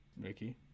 Ricky